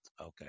Okay